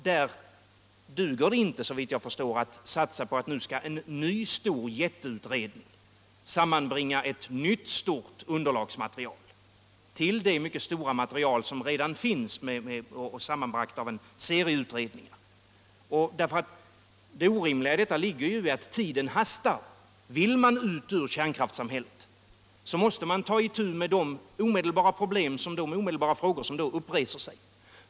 Där duger det såvitt jag förstår inte att satsa på att en ny jätteutredning skall sammanbringa ett nytt stort underlagsmaterial till det mycket stora material som redan finns sammanbragt av en serie utredningar. Tiden hastar. Vill man ut ur kärnkraftssamhället måste man omedelbart ta itu med de frågor som uppreser sig.